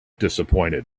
disappointed